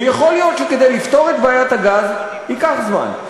ויכול להיות שכדי לפתור את בעיית הגז ייקח זמן,